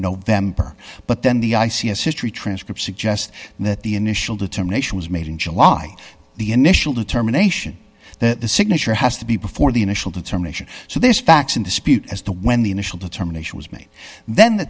november but then the i c s history transcripts suggest that the initial determination was made in july the initial determination that the signature has to be before the initial determination so this fax in dispute as to when the initial determination was made then the